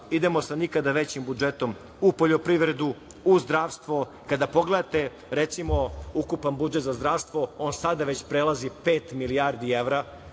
idemo sa nikada većim budžetom u poljoprivredu, u zdravstvo. Kada pogledate, recimo, ukupan budžet za zdravstvo, on sada već prelazi pet milijardi evra,